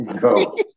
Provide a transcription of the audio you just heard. go